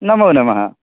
नमोनमः